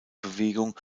bewegung